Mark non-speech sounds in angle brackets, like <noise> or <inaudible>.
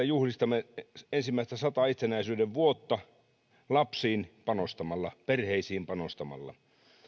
<unintelligible> juhlistamme ensimmäisiä sataa itsenäisyyden vuotta lapsiin panostamalla perheisiin panostamalla